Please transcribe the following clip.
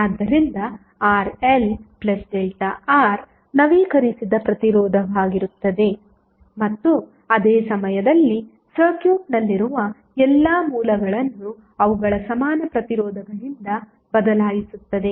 ಆದ್ದರಿಂದ RL ΔR ನವೀಕರಿಸಿದ ಪ್ರತಿರೋಧವಾಗಿರುತ್ತದೆ ಮತ್ತು ಅದೇ ಸಮಯದಲ್ಲಿ ಸರ್ಕ್ಯೂಟ್ನಲ್ಲಿರುವ ಎಲ್ಲಾ ಮೂಲಗಳನ್ನು ಅವುಗಳ ಸಮಾನ ಪ್ರತಿರೋಧಗಳಿಂದ ಬದಲಾಯಿಸುತ್ತದೆ